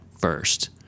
first